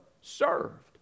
served